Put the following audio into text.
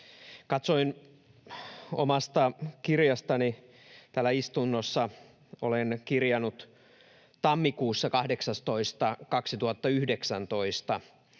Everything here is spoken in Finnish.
Katsoin omasta kirjastani täällä istunnossa — olen kirjannut 18. tammikuuta 2019,